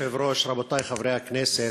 מכובדי היושב-ראש, רבותי חברי הכנסת,